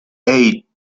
eight